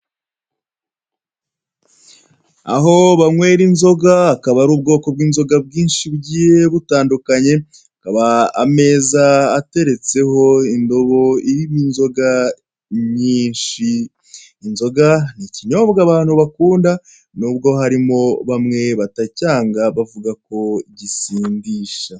Aho banywera inzoga hakaba hari ubwoko bwinshi buyiye butandukanye, hakaba ameza ateretse inzoga irimo inzoga nyinshi. Inzoga ni ikinyobwa abantu bakunda nubwo harimo bamwe batacyanga bavuga ko gisindisha.